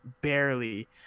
barely